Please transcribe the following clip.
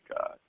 god